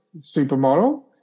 supermodel